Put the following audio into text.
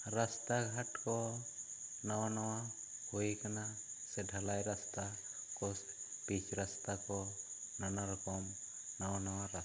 ᱨᱟᱥᱛᱟ ᱜᱷᱟᱴ ᱠᱚ ᱱᱟᱣᱟ ᱱᱟᱣᱟ ᱦᱩᱭ ᱟᱠᱟᱱᱟ ᱥᱮ ᱰᱷᱟᱹᱞᱟᱹᱭ ᱨᱟᱥᱛᱟ ᱠᱚ ᱯᱤᱪ ᱨᱟᱥᱛᱟ ᱠᱚ ᱱᱟᱱᱟ ᱨᱚᱠᱚᱢ ᱱᱟᱣᱟ ᱱᱟᱣᱟ ᱨᱟᱥᱛᱟ ᱠᱚ